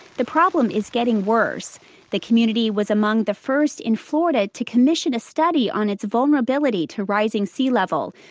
the problem is getting worse the community was among the first in florida to commission a study on its vulnerability to rising sea levels.